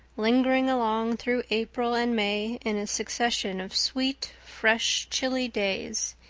lingering along through april and may in a succession of sweet, fresh, chilly days,